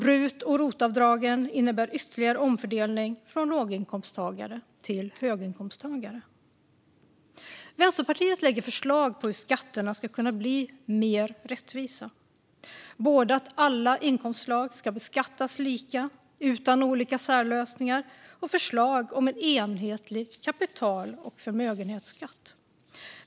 Rut och rotavdragen innebär ytterligare omfördelning från låginkomsttagare till höginkomsttagare. Vänsterpartiet lägger fram förslag på hur skatterna ska kunna bli mer rättvisa. Det gäller både att alla inkomstslag ska beskattas lika utan olika särlösningar och att det ska vara en enhetlig kapital och förmögenhetsskatt.